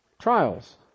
trials